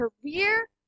career